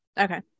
Okay